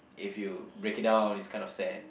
if you break it down it's kind of sad